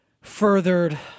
furthered